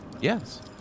Yes